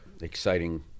exciting